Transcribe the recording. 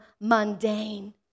mundane